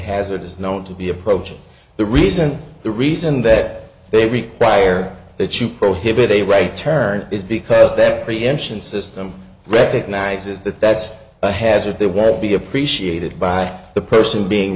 hazard is known to be approaching the reason the reason that they require that you prohibit a right turn is because that preemption system recognizes that that's a hazard there would be appreciated by the person being